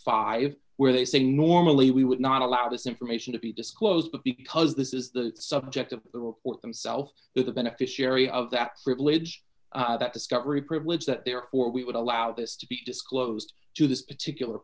five where they say normally we would not allow this information to be disclosed because this is the subject of the report themself is the beneficiary of that privilege that discovery privilege that therefore we would allow this to be disclosed to this particular